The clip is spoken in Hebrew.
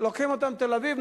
לוקחים אותם לתל-אביב,